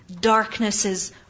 Darknesses